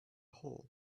hull